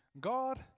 God